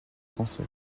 cancer